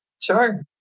Sure